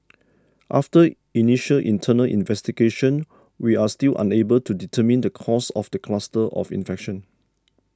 after initial internal investigation we are still unable to determine the cause of the cluster of infection